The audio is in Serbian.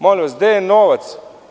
Molim vas, gde je novac?